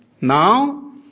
now